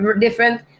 Different